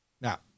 Now